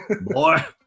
Boy